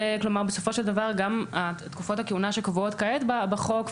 בסופו של דבר גם תקופות הכהונה שקבועות כעת בחוק,